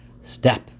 step